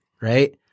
right